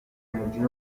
meeting